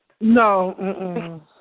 No